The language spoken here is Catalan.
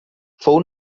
fou